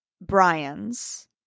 Brian's